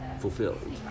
fulfilled